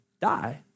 Die